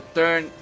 turn